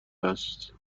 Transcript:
است